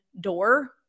door